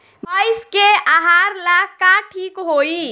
भइस के आहार ला का ठिक होई?